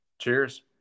Cheers